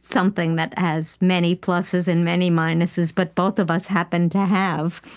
something that has many pluses and many minuses, but both of us happen to have,